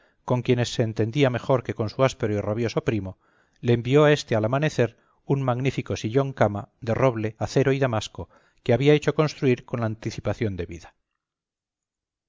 con quienes se entendía mejor que con su áspero y rabioso primo le envió a éste al amanecer un magnífico sillón cama de roble acero y damasco que había hecho construir con la anticipación debida